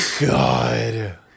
God